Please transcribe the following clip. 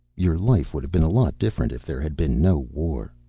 your life would have been a lot different if there had been no war.